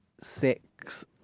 six